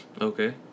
Okay